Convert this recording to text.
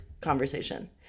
conversation